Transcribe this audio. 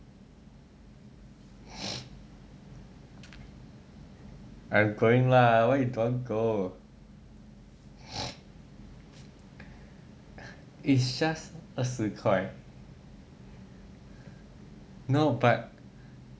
I going lah why you don't want go it's just 二十块 no but